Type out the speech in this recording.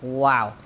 Wow